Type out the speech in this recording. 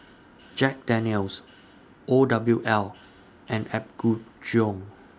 Jack Daniel's O W L and Apgujeong